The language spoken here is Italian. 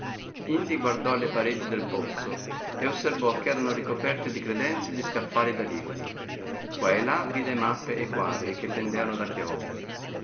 indi guardò alle pareti del pozzo ed osservò ch'erano ricoperte di credenze e di scaffali da libri quà e là vide mappe e quadri che pendeano da chiodi